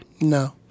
No